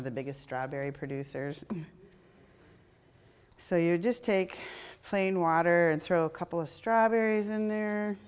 of the biggest strawberry producers so you just take plain water and throw a couple of strawberries in there